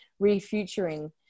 refuturing